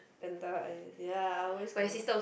panda eye ya I always kena